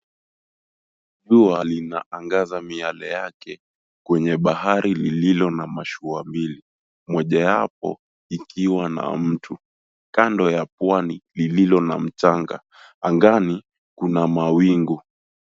Jua linaangaza miale yake kwenye bahari lililo na mashua mbili, mojayapo ikiwa na mtu, kando ya pwani lililo na mchanga. Angani kuna mawingu.